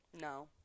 No